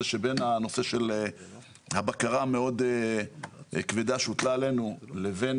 בין הנושא של הבקרה המאוד כבדה שהוטלה עלינו לבין